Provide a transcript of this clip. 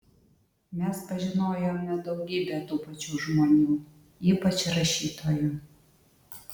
mes pažinojome daugybę tų pačių žmonių ypač rašytojų